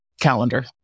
calendar